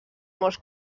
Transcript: molts